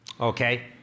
Okay